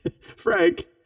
Frank